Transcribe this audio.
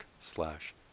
slash